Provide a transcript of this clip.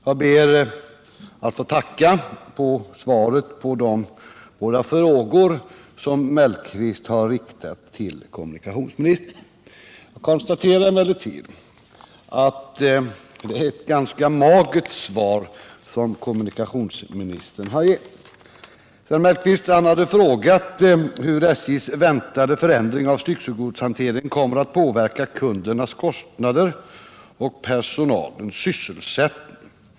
Jag ber att få tacka för svaret på de båda frågor som Mellqvist har riktat till kommunikationsministern. Jag konstaterar emellertid att det är ett ganska magert svar. Herr Mellqvist har frågat hur SJ:s väntade förändring av styckegodshanteringen kommer att påverka kundernas kostnader och personalens sysselsättning.